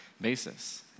basis